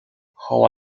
how